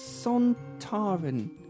Sontaran